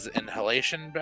inhalation